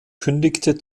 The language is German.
kündigte